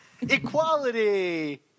Equality